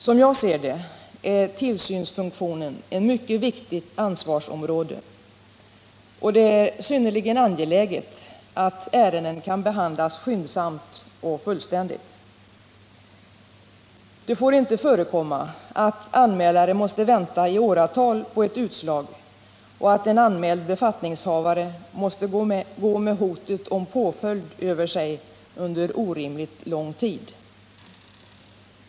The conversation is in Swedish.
Som jag ser det är tillsynsfunktionen ett mycket viktigt ansvarsområde, och det är synnerligen angeläget att ärenden kan behandlas skyndsamt och fullständigt. Det får inte förekomma att anmälare måste vänta i åratal på ett utslag och att en anmäld befattningshavare måste gå med hotet om påföljd över sig under så lång tid.